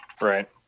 right